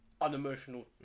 unemotional